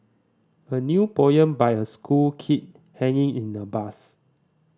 a new poem by a school kid hanging in a bus